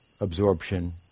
absorption